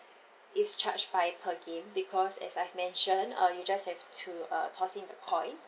is charged by per game because as I've mentioned uh you just have to uh toss in the coin